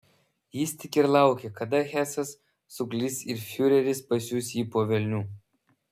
jis tik ir laukė kada hesas suklys ir fiureris pasiųs jį po velnių